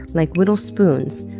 like whittle spoons,